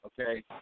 okay